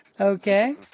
Okay